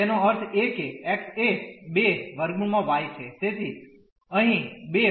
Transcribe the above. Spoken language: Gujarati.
તેનો અર્થ એ કે x એ 2 √ y છે